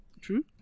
True